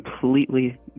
completely